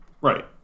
Right